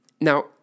Now